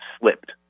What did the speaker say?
slipped